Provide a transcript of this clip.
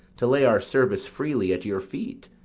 to lay our service freely at your feet,